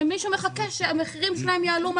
ומישהו מחכה שהמחירים שלהם יעלו.